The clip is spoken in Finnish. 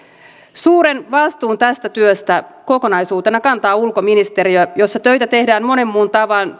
suuren vastuun tästä työstä kokonaisuutena kantaa ulkoministeriö jossa töitä tehdään monen muun